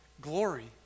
glory